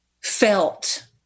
felt